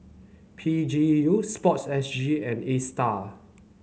P G U sport S G and Astar